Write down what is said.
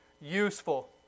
useful